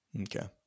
Okay